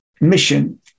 mission